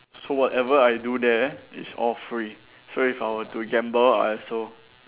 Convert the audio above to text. so whatever I do there it's all free so if I were to gamble I also